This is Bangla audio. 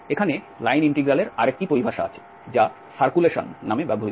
এখানে লাইন ইন্টিগ্রাল এর আরেকটি পরিভাষা আছে যা সার্কুলেশন নামে ব্যবহৃত হয়